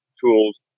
tools